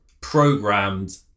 programmed